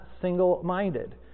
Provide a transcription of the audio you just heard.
single-minded